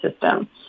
system